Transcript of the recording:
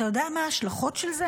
אתה יודע מה ההשלכות של זה?